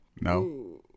no